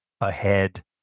ahead